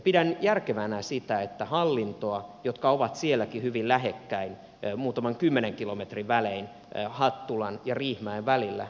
pidän järkevänä sitä että hallintoa joka on sielläkin hyvin lähekkäin muutaman kymmenen kilometrin välein hattulan ja riihimäen välillä uudistetaan